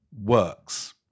works